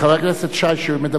כשמדברים על הממשלה,